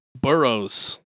burrows